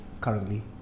currently